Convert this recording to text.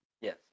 Yes